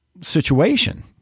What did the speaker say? situation